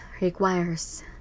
requires